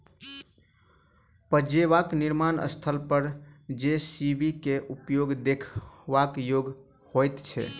पजेबाक निर्माण स्थल पर जे.सी.बी के उपयोग देखबा योग्य होइत छै